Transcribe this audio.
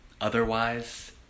Otherwise